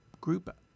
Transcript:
group